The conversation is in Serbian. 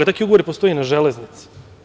Takvi ugovori postoje i na Železnici.